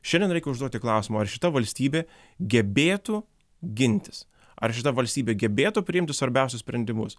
šiandien reikia užduoti klausimą ar šita valstybė gebėtų gintis ar šita valstybė gebėtų priimti svarbiausius sprendimus